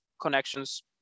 connections